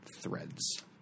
threads